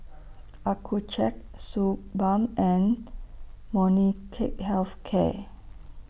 Accucheck Suu Balm and Molnylcke Health Care